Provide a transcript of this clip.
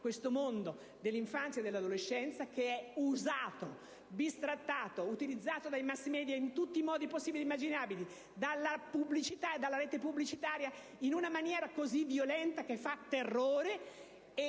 ha il mondo dell'infanzia e dell'adolescenza, che è usato, bistrattato, utilizzato dai *mass-media* in tutti i modi possibili e immaginabili, che è usato dalla pubblicità e dalla rete in una maniera così violenta che fa terrore.